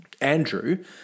Andrew